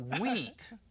wheat